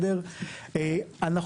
לא ארחיב.